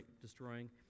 destroying